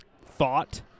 thought